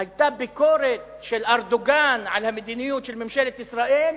היתה ביקורת של ארדואן על המדיניות של ממשלת ישראל,